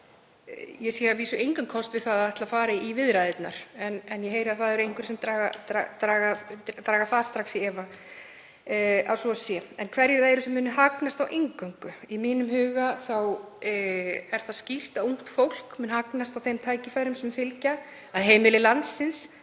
Ég sé að vísu engan kost við það að ætla að fara að draga viðræðurnar en ég heyri að það eru einhverjir sem draga það í efa. En hverjir eru það sem munu hagnast á inngöngu? Í mínum huga er það skýrt að ungt fólk mun hagnast á þeim tækifærum sem fylgja, að heimili landsins